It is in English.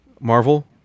Marvel